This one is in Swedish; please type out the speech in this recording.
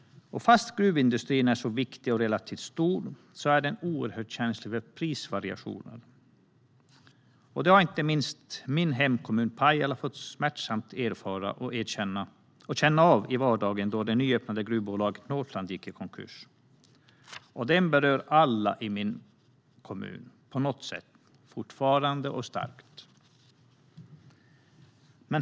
Fastän gruvindustrin är så viktig och relativt stor är den oerhört känslig för prisvariationer. Det fick inte minst min hemkommun Pajala smärtsamt erfara och känna av i vardagen när det nyöppnade gruvbolaget Northland gick i konkurs. Detta berör alla i min kommun på något sätt, fortfarande och starkt.